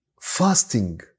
fasting